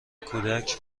کودک